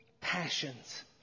passions